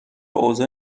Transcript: اوضاع